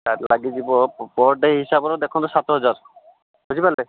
ତା'ର ଲାଗିଯିବ per day ହିସାବରେ ଦେଖନ୍ତୁ ସାତ ହଜାର ବୁଝି ପାରିଲେ